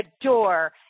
adore